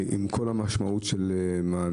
עם כל המשמעות של מהמר.